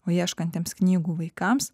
o ieškantiems knygų vaikams